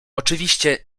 oczywiście